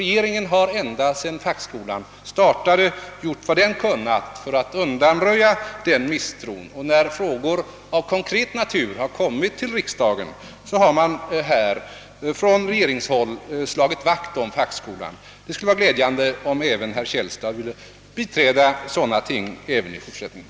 Regeringen har alltsedan fackskolan startade gjort vad den kunnat för att undanröja den misstron, och när frågor av konkret natur behandlats i riksdagen har vi från regeringshåll slagit vakt om fackskolan. Det vore glädjande, om vi kunde räkna även med herr Källstads bistånd i fortsättningen.